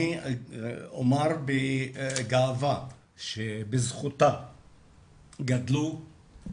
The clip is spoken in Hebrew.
אני אומר בגאווה שהיא גידלה שלוש בנות